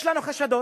יש לנו חשדות.